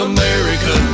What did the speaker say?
America